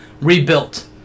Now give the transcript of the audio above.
rebuilt